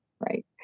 right